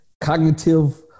cognitive